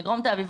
מדרום תל אביב,